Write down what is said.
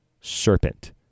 serpent